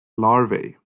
larvae